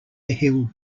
hill